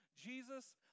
Jesus